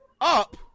up